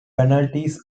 penalties